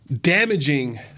damaging